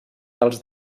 dels